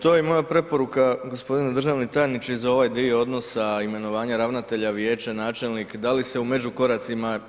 To je i moja preporuka, g. državni tajniče za ovaj dio odnosa imenovanja ravnatelja, vijeće, načelnik, da li se u međukoracima…